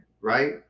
right